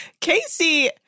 Casey